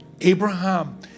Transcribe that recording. Abraham